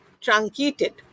truncated